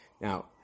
Now